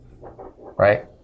right